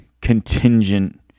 contingent